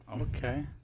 Okay